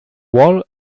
wall